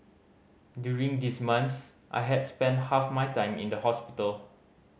during these months I had spent half my time in the hospital